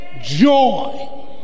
joy